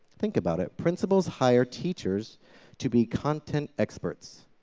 think about it. principals hire teachers to be content experts,